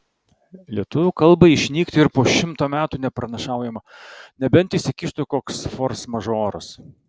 lietuvių kalbai išnykti ir po šimto metų nepranašaujama nebent įsikištų koks forsmažoras